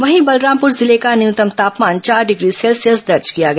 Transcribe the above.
वहीं बलरामपुर जिले का न्यूनतम तापमान चार डिग्री सेल्सियस दर्ज किया गया